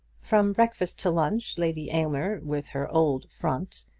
from breakfast to lunch lady aylmer, with her old front,